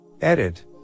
Edit